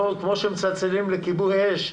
כמו שמצלצלים לכיבוי אש,